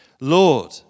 Lord